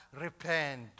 repent